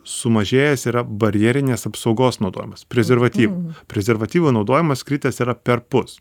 sumažėjęs yra barjerinės apsaugos naudojimas prezervatyvų prezervatyvo naudojimas kritęs yra perpus